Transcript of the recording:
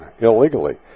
illegally